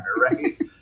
right